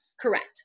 Correct